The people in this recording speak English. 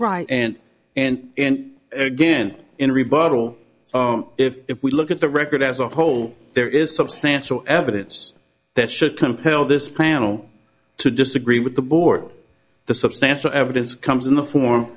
right and and and again in rebuttal if we look at the record as a whole there is substantial evidence that should compel this panel to disagree with the board the substantial evidence comes in the form